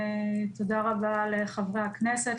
תודה רבה לחברי הכנסת,